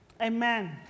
Amen